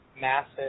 massive